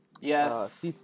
Yes